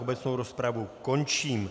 Obecnou rozpravu končím.